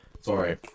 sorry